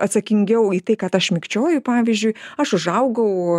atsakingiau į tai kad aš mikčioju pavyzdžiui aš užaugau